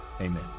amen